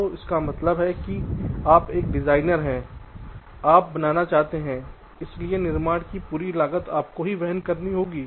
तो इसका मतलब है कि आप एक डिजाइनर हैं आप बनाना चाहते हैं इसलिए निर्माण की पूरी लागत आपको वहन करनी होगी